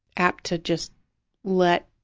apt to just let